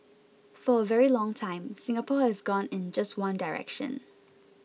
for a very long time Singapore has gone in just one direction